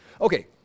Okay